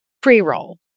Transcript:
pre-roll